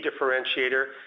differentiator